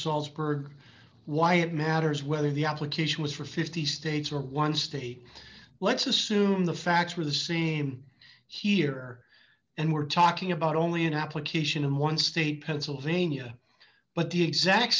salzberg why it matters whether the application was for fifty states one study let's assume the facts were the same here and we're talking about only an application in one state pennsylvania but the exact